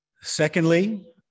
Secondly